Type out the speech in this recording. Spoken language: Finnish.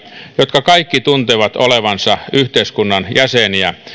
jotka kaikki tuntevat olevansa yhteiskunnan jäseniä